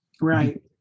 right